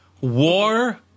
War